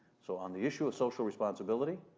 so, on the issue of social responsibility,